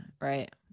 right